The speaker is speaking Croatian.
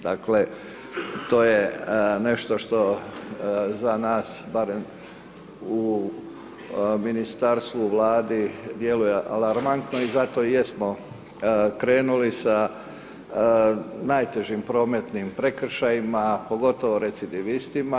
Dakle to je nešto što za nas, barem u ministarstvo, vladi djeluje alarmantno, i zato i jesmo krenuli sa najtežim prometnim prekršajima, pogotovo recidivistima.